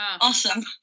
Awesome